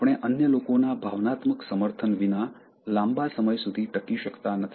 આપણે અન્ય લોકોના ભાવનાત્મક સમર્થન વિના લાંબા સમય સુધી ટકી શકતા નથી